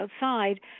outside